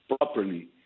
properly